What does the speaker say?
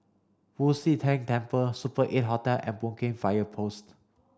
Fu Xi Tang Temple Super Eight Hotel and Boon Keng Fire Post